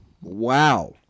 Wow